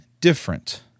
different